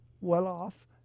well-off